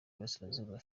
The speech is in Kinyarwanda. y’iburasirazuba